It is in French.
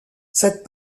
cette